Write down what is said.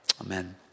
amen